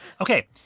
Okay